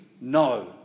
No